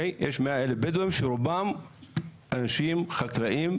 יש 100,000 בדואים שרובם אנשים חקלאים,